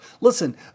listen